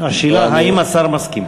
השאלה היא, האם השר מסכים?